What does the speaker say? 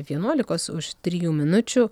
vienuolikos už trijų minučių